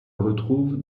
retrouve